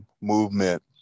movement